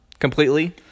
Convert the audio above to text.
completely